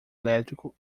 elétrico